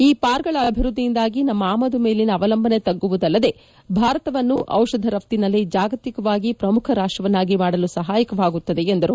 ಈ ಪಾರ್ಕ್ ಗಳ ಅಭಿವೃದ್ದಿಯಿಂದಾಗಿ ನಮ್ಮ ಆಮದು ಮೇಲಿನ ಅವಲಂಬನೆ ತಗ್ಗುವುದಲ್ಲದೆ ಭಾರತವನ್ನು ಔಷಧ ರಫ್ತಿನಲ್ಲಿ ಜಾಗತಿಕವಾಗಿ ಪ್ರಮುಖ ರಾಷ್ಟವನ್ನಾಗಿ ಮಾಡಲು ಸಹಾಯಕವಾಗುತ್ತದೆ ಎಂದರು